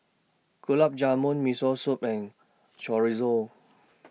Gulab Jamun Miso Soup and Chorizo